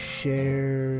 share